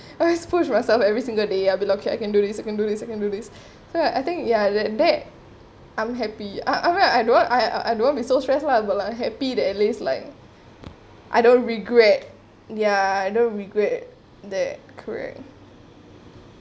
I always push myself every single day ya I be looking I can do this I can do this I can do this so I think ya that that I'm happy I'm I'm I I I don't want to be so stress lah but like I happy that at least like I don't regret ya I don't regret ya correct